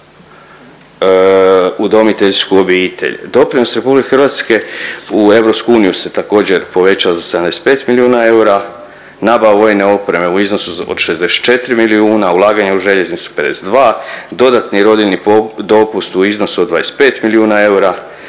u udomiteljsku obitelj. Doprinos RH u EU se također povećao za 75 milijuna eura. Nabava vojne opreme u iznosu od 64 milijuna, ulaganja u željeznicu 52, dodatni rodiljni dopust u iznosu od 25 milijuna eura,